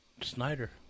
Snyder